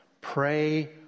Pray